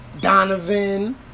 Donovan